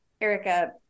Erica